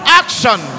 action